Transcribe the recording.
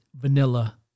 vanilla